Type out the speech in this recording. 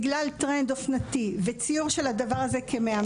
בגלל טרנד אופנתי וציור של הדבר הזה כמהמם